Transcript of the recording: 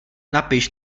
napiš